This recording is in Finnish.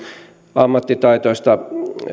ammattitaitoista